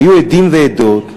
היו עדים ועדות,